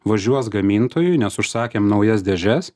važiuos gamintojui nes užsakėm naujas dėžes